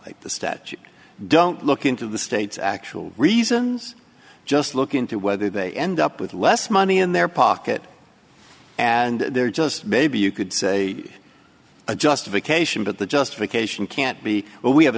violate the statute don't look into the state's actual reasons just look into whether they end up with less money in their pocket and they're just maybe you could say a justification but the justification can't be we